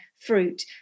Fruit